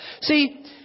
See